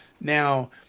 Now